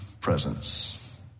Presence